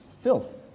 filth